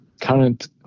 current